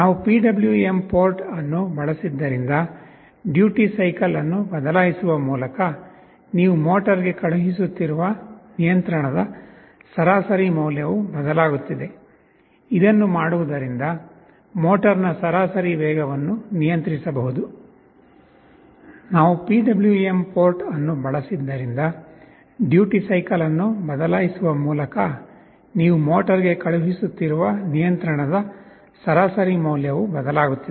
ನಾವು PWM port ಅನ್ನು ಬಳಸಿದ್ದರಿಂದ ಡ್ಯೂಟಿ ಸೈಕಲ್ ಅನ್ನು ಬದಲಾಯಿಸುವ ಮೂಲಕ ನೀವು ಮೋಟರ್ಗೆ ಕಳುಹಿಸುತ್ತಿರುವ ನಿಯಂತ್ರಣದ ಸರಾಸರಿ ಮೌಲ್ಯವು ಬದಲಾಗುತ್ತಿದೆ